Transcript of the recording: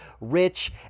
rich